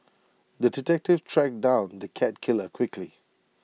the detective tracked down the cat killer quickly